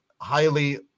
highly